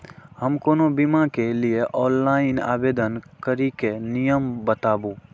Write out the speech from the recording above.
हम कोनो बीमा के लिए ऑनलाइन आवेदन करीके नियम बाताबू?